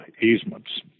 easements